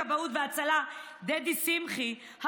נציב הכבאות וההצלה דדי שמחי,